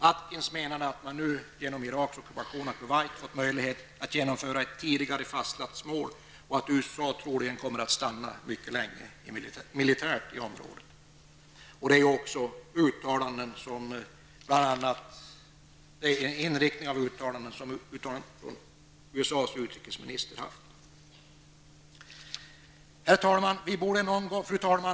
Atkins menade att man genom Iraks ockupation av Kuwait hade fått möjlighet att uppnå ett tidigare fastlagt mål och att USA troligen skulle komma att militärt stanna mycket länge i området. Sådana uttalanden gjordes också av USAs utrikesminister. Fru talman!